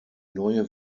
neue